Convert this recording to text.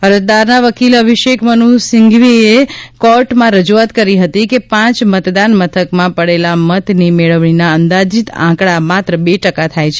અરજદારના વકીલ અભિષેક મનુ સિંઘવીએ કોર્ટમાં રજૂઆત કરી હતી કે પાંચ મતદાન મથકમાં પડેલા મતની મેળવણીના અંદાજીત આંકડા માત્ર બે ટકા થાય છે